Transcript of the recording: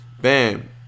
bam